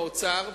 בשם האוצר,